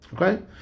Okay